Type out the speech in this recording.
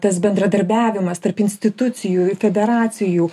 tas bendradarbiavimas tarp institucijų federacijų